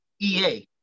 EA